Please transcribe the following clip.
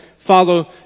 follow